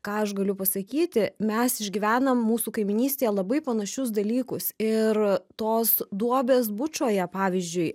ką aš galiu pasakyti mes išgyvenam mūsų kaimynystėje labai panašius dalykus ir tos duobės bučoje pavyzdžiui